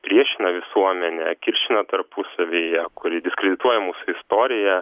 priešina visuomenę kiršina tarpusavyje kurie diskredituoja mūsų istoriją